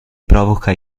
provoca